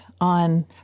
on